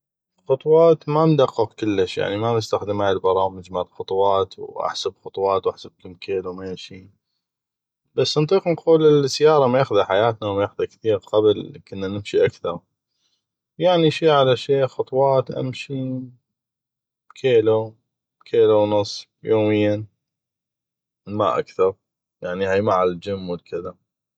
خطوات ما ندقق كلش يعني ما نستخدم هاي البرامج واحسب خطوات واحسب كم كيلو ميشي بس نطيق نقول السياره ميخذه حياتنا وميخذه كثيغ قبل كنا نمشي اكثغ يعني شي على شي امشي كيلو كيلو ونص يوميا ما اكثغ يعني هاي مع الجم والكذا